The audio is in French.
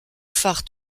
phare